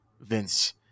Vince